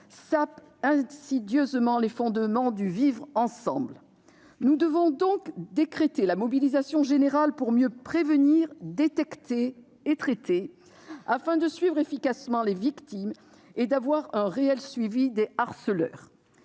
sape insidieusement les fondements du vivre ensemble. Nous devons donc décréter la mobilisation générale pour mieux prévenir, détecter et traiter, afin de suivre efficacement les victimes et de disposer d'un réel suivi des harceleurs.